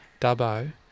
Dubbo